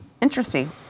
Interesting